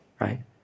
right